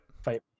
Fight